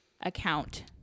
account